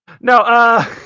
No